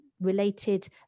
related